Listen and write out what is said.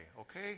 okay